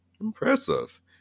Impressive